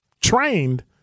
trained